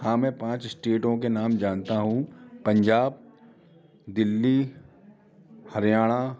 हाँ मैं पाँच स्टेटों के नाम जानता हूँ पंजाब दिल्ली हरियाणा